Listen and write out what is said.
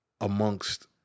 amongst